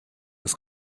ist